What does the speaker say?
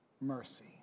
mercy